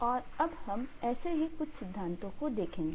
और अब हम ऐसे ही कुछ सिद्धांतों को देखेंगे